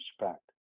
respect